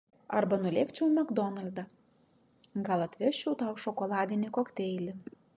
arba nulėkčiau į makdonaldą gal atvežčiau tau šokoladinį kokteilį